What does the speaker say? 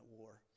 war